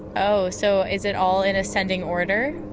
oh, so, is it all in ascending order?